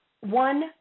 one